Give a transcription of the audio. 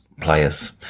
players